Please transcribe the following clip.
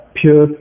pure